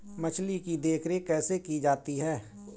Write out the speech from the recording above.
मछली की देखरेख कैसे की जाती है?